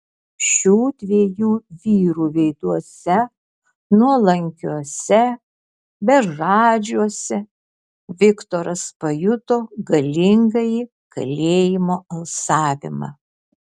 šių dviejų vyrų veiduose nuolankiuose bežadžiuose viktoras pajuto galingąjį kalėjimo alsavimą